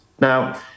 now